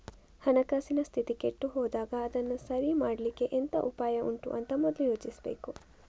ಹಣಕಾಸಿನ ಸ್ಥಿತಿ ಕೆಟ್ಟು ಹೋದಾಗ ಅದನ್ನ ಸರಿ ಮಾಡ್ಲಿಕ್ಕೆ ಎಂತ ಉಪಾಯ ಉಂಟು ಅಂತ ಮೊದ್ಲು ಯೋಚಿಸ್ಬೇಕು